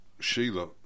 Sheila